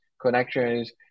connections